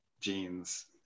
jeans